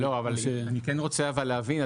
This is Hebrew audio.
אני רוצה להבין,